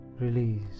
release